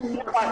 בדיוק.